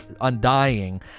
Undying